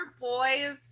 boys